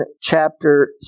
chapter